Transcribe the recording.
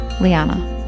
Liana